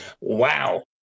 Wow